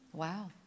Wow